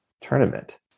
tournament